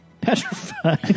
Petrified